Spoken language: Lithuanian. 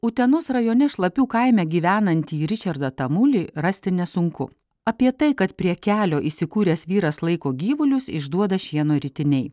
utenos rajone šlapių kaime gyvenantį ričardą tamulį rasti nesunku apie tai kad prie kelio įsikūręs vyras laiko gyvulius išduoda šieno ritiniai